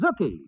Zookie